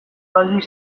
aldiz